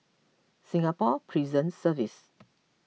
Singapore Prison Service